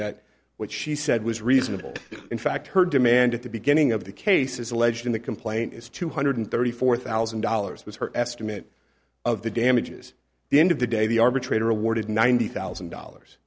that what she said was reasonable in fact her demand at the beginning of the case is alleged in the complaint is two hundred thirty four thousand dollars was her estimate of the damages the end of the day the arbitrator awarded ninety thousand dollars